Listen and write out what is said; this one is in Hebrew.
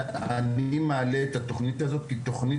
אני מעלה את התוכנית הזאת כתוכנית